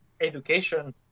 education